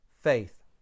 faith